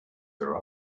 were